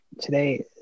Today